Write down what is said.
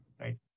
right